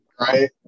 Right